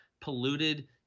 polluted